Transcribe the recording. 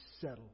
settle